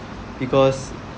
because